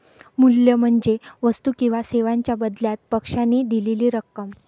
मूल्य म्हणजे वस्तू किंवा सेवांच्या बदल्यात पक्षाने दिलेली रक्कम